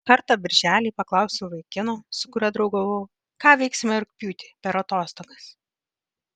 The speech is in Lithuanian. kartą birželį paklausiau vaikino su kuriuo draugavau ką veiksime rugpjūtį per atostogas